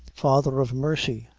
father of mercy!